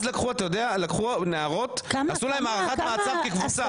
אז לקחו נערות ועשו להן הארכת מעצר כקבוצה.